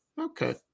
Okay